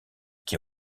qui